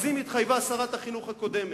אז אם התחייבה שרת החינוך הקודמת,